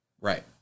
Right